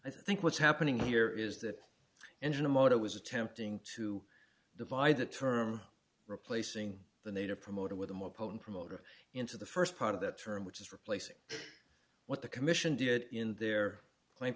i think what's happening here is that engine a motor was attempting to divide the term replacing the native promoted with a more potent promoter into the first part of that term which is replacing what the commission did in the